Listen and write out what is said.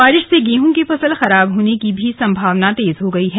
बारिश से गेहूं की फसल खराब होने की संभावना तेज हो गई है